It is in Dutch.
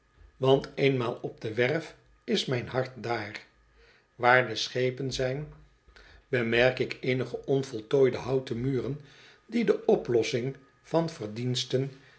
want eenmaal op de werf is mijn hart daar waar de schepen zijn bemerk een reiziger die geen handel drijft ik eenige onvoltooide houten muren die de oplossing van de verdiensten